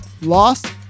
Lost